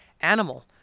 animal